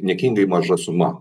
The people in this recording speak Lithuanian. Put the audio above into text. niekingai maža suma